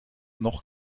noch